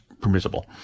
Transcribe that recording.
permissible